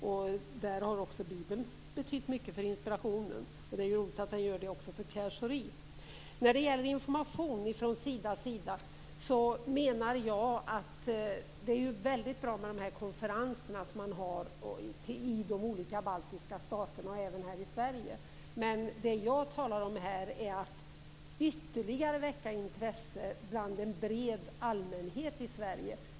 Också Bibeln har då betytt mycket för inspirationen, och det är roligt att den gör det även för När det gäller Sidas information menar jag att det är väldigt bra att man har konferenser i de baltiska staterna och även här i Sverige, men det som jag här talar om är att väcka ett ytterligare intresse hos en bred allmänhet i Sverige.